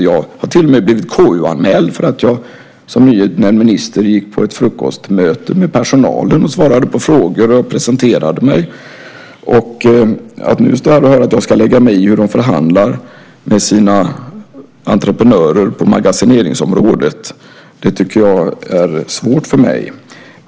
Jag har till och med blivit KU-anmäld för att jag som nyutnämnd minister gick på ett frukostmöte med personal, svarade på frågor och presenterade mig. Att nu stå här och höra att jag ska lägga mig i hur de förhandlar med sina entreprenörer på magasineringsområdet är svårt för mig.